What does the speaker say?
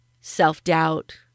self-doubt